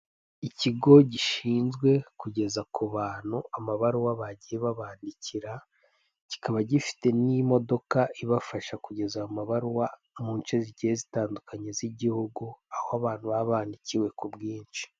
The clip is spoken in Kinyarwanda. ikigo gishinzwe kugeza ku bantu amabaruwa babgiye babandikira kikaba gifite imodoka ibafasha kugeza amabaruwa munshe zitandukanye z'igihugu aho abantu ababa bandikiwe ku bwinshi.